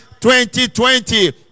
2020